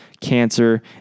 cancer